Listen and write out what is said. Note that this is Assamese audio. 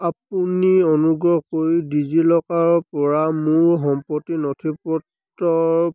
আপুনি অনুগ্ৰহ কৰি ডিজিলকাৰৰপৰা মোৰ সম্পত্তিৰ নথিপত্ৰৰ